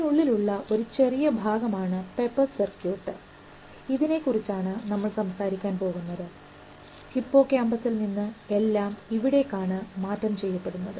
ഇതിനുള്ളിൽ ഉള്ള ഒരു ചെറിയ ഭാഗം ആണ് പെപസ് സർക്യൂട്ട് ഇതിനെ കുറിച്ചാണ് നമ്മൾ സംസാരിക്കാൻ പോകുന്നത് ഹിപ്പോക്യാമ്പസിൽ നിന്ന് എല്ലാം ഇവിടേക്കാണ് മാറ്റം ചെയ്യപ്പെടുന്നത്